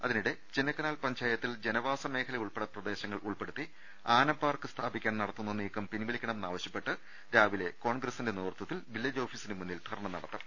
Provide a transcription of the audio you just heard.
അതിനിടെ ചിന്നക്കനാൽ പഞ്ചായത്തിൽ ജനവാസ മേഖല ഉൾപ്പെടെ പ്രദേശങ്ങൾ ഉൾപ്പെടുത്തി ആന പാർക്ക് സ്ഥാപിക്കാൻ നടത്തുന്ന നീക്കം പിൻവലിക്കണമെന്നാവശൃപ്പെട്ട് രാവിലെ കോൺഗ്ര സിന്റെ നേതൃത്വത്തിൽ വില്ലേജ് ഓഫീസിന് മുന്നിൽ ധർണ്ണ നടത്തും